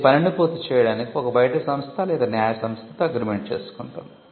ఇది పనిని పూర్తి చేయడానికి ఒక బయట సంస్థ లేదా న్యాయ సంస్థతో అగ్రిమెంట్ చేసుకుంటుంది